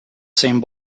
same